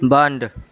बन्द